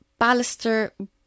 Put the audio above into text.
Ballister